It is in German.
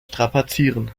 strapazieren